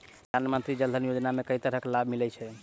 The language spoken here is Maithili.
प्रधानमंत्री जनधन योजना मे केँ तरहक लाभ मिलय छै?